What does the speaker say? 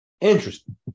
Interesting